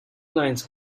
lines